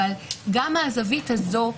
אבל גם מהזווית הזאת,